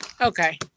Okay